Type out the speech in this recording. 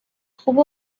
خوبه